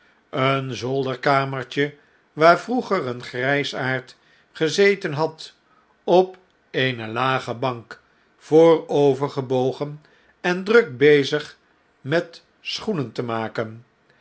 een zolderkamertje waar vroeger eengrijsaard gezeten had op eene lage bank voorovergebogen en druk bezig met schoenen te maken